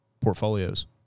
portfolios